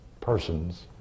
persons